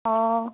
অঁ